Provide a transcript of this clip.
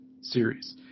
series